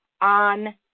on